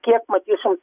kiek matysim